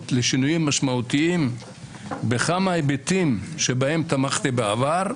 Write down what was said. לשינויים משמעותיים בכמה היבטים שבהם תמכתי בעבר,